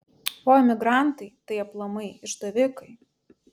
o emigrantai tai aplamai išdavikai